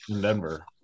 Denver